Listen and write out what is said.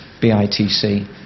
BITC